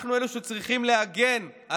אין להם כלים להגן על